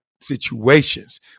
situations